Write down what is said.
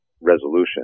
resolution